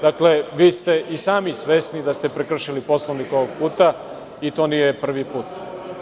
Dakle, vi ste i sami svesni da ste prekršili Poslovnik ovog puta, i to nije prvi put.